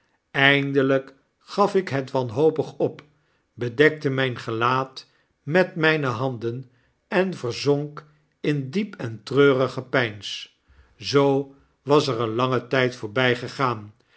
eindelijk gaf ik het wanhopig op bedekte mijn gelaat met mijne handen en verzonk in diep en treurig gepeins zoo was er eenlange tijd voorbijgegaan